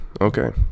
Okay